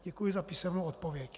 Děkuji za písemnou odpověď.